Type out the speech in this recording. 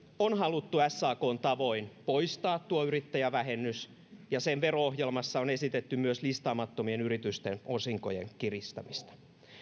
on haluttu sakn tavoin poistaa yrittäjävähennys ja sen vero ohjelmassa on esitetty myös listaamattomien yritysten osinkojen kiristämistä